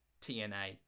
TNA